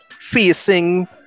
facing